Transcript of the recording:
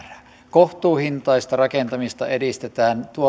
kohtuuhintaista rakentamista edistetään